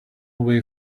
way